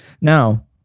Now